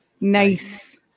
Nice